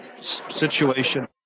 situation